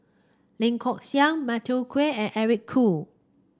Lee Kong Chian Matthew Ngui and Eric Khoo